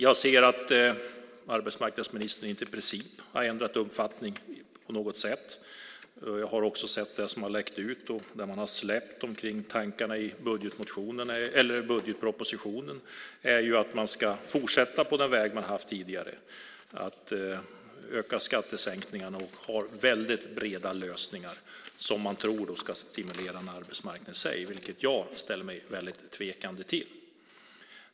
Jag ser att arbetsmarknadsministern i princip inte har ändrat uppfattning på något sätt. Jag har också sett vad som läckt ut och det som man har släppt om tankarna i budgetpropositionen. Det är att man ska fortsätta på den väg man haft tidigare. Det handlar om att öka skattesänkningarna och att ha väldigt breda lösningar som man tror ska stimulera arbetsmarknaden, vilket jag ställer mig mycket tveksam till.